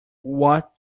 what